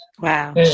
Wow